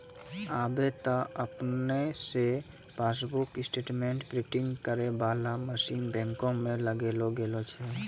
आबे त आपने से पासबुक स्टेटमेंट प्रिंटिंग करै बाला मशीन बैंको मे लगैलो गेलो छै